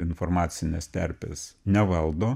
informacinės terpės nevaldo